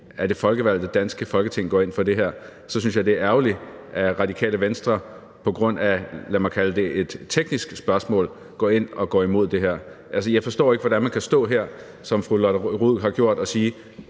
af det folkevalgte danske Folketing, der går ind for det her – synes jeg, det er ærgerligt, at Det Radikale Venstre på grund af, lad mig kalde det et teknisk spørgsmål går ind og går imod det her. Altså, jeg forstår ikke, hvordan man kan stå her, som fru Lotte Rod har gjort, og sige,